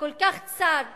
הכל-כך צר,